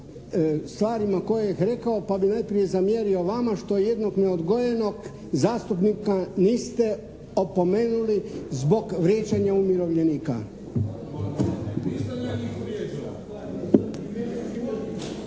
stvarima koje je rekao pa bih najprije zamjerio vama što jednog neodgojenog zastupnika niste opomenuli zbog vrijeđanja umirovljenika.